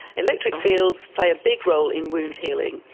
electric fields play a big role in wound healing,